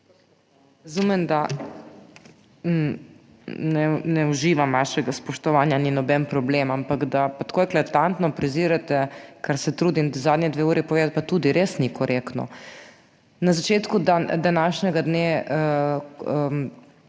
Razumem, da ne uživam vašega spoštovanja. Ni noben problem. Ampak, da tako eklatantno prezirate, kar se trudim zadnji 2 uri povedati, pa tudi res ni korektno. Na začetku današnjega dne